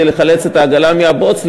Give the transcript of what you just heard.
כדי לחלץ את העגלה מהבוץ,